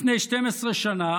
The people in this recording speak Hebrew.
לפני 12 שנה